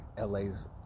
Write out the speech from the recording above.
LA's